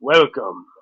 Welcome